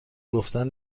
گفتن